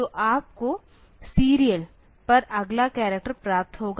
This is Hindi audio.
तो आपको सीरियल पर अगला करैक्टर प्राप्त होगा